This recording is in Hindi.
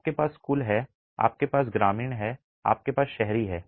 आपके पास कुल है आपके पास ग्रामीण है और आपके पास शहरी है